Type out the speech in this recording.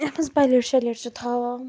یَتھ منٛز پلیٹ شلیٹ چھِ تھاوان